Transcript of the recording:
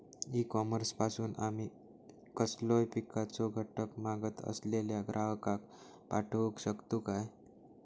E commerce पासून आमी कसलोय पिकाचो घटक मागत असलेल्या ग्राहकाक पाठउक शकतू काय?